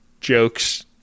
jokes